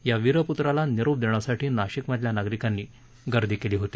या वीरपूत्राला निरोप देण्यासाठी नाशिकमधल्या नागरिकांनी गर्दी केली होती